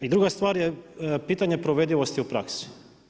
I druga stvar je, pitanje provedivosti u praksi.